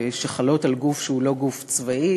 שחלות על גוף שהוא לא גוף צבאי,